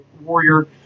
warrior